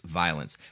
violence